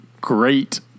great